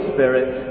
Spirit